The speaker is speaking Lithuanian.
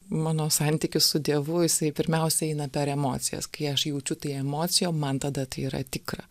mano santykis su dievu jisai pirmiausia eina per emocijas kai aš jaučiu tai emocijom man tada tai yra tikra